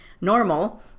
normal